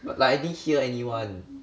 like I didn't hear anyone